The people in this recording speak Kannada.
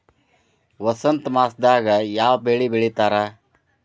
ವಸಂತ ಮಾಸದಾಗ್ ಯಾವ ಬೆಳಿ ಬೆಳಿತಾರ?